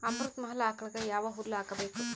ಅಮೃತ ಮಹಲ್ ಆಕಳಗ ಯಾವ ಹುಲ್ಲು ಹಾಕಬೇಕು?